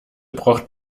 braucht